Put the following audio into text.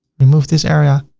remove this area.